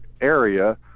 area